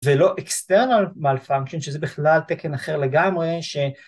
ולא external malfunction שזה בכלל תקן אחר לגמרי